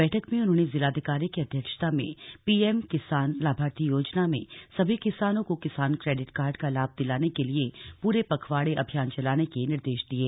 बैठक में उन्होंने जिलाधिकारी की अध्यक्षता में पीएम किसान लाभार्थी योजना में सभी किसानों को किसान क्रेडिट कार्ड का लाभ दिलाने के लिए पूरे पखवाड़े अभियान चलाने के निर्देश दिये